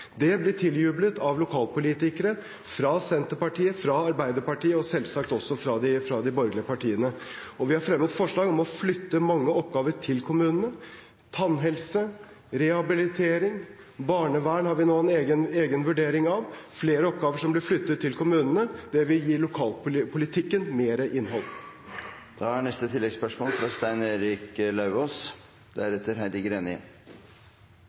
Det blir tiljublet av lokalpolitikere fra Senterpartiet, Arbeiderpartiet og selvsagt også fra de borgerlige partiene. Vi har fremmet forslag om å flytte mange oppgaver til kommunene: tannhelse, rehabilitering, barnevern har vi nå en egen vurdering av. Flere oppgaver blir flyttet til kommunene, og det vil gi lokalpolitikken mer innhold. Stein Erik Lauvås – til oppfølgingsspørsmål. Vi har også hatt høring om dette. Der ble det uttalt fra